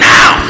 Now